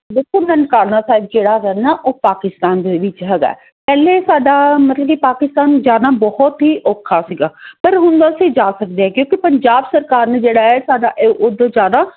ਦੇਖੋ ਨਨਕਾਣਾ ਸਾਹਿਬ ਜਿਹੜਾ ਹੈਗਾ ਨਾ ਉਹ ਪਾਕਿਸਤਾਨ ਦੇ ਵਿੱਚ ਹੈਗਾ ਪਹਿਲੇ ਸਾਡਾ ਮਤਲਬ ਕਿ ਪਾਕਿਸਤਾਨ ਜਾਣਾ ਬਹੁਤ ਹੀ ਔਖਾ ਸੀਗਾ ਪਰ ਹੁਣ ਅਸੀਂ ਜਾ ਸਕਦੇ ਹਾਂ ਕਿਉਂਕਿ ਪੰਜਾਬ ਸਰਕਾਰ ਨੇ ਜਿਹੜਾ ਹੈ ਸਾਡਾ ਏ ਉੱਦੋਂ ਜ਼ਿਆਦਾ